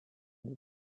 sound